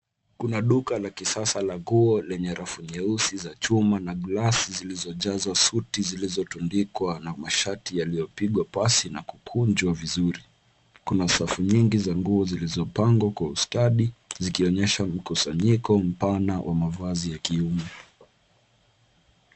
Kuna duka la kisasa la nguo lenye rafu nyeusi za chuma na glasi, zilizojazwa suti na glasi zilizotundikwa na mashati yaliyopigwa pasi na kukunjwa vizuri. Kuna safu nyingi za nguo zilizopangwa kwa ustadi ,zikionyesha mkusanyiko mpana wa mavazi ya kiume.